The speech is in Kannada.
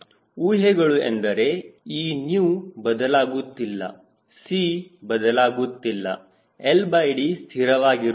ಊಹೆಗಳು ಎಂದರೆ ಈ n ಬದಲಾಗುತ್ತಿಲ್ಲ C ಬದಲಾಗುತ್ತಿಲ್ಲ LD ಸ್ಥಿರವಾಗಿರುತ್ತದೆ